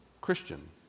Christian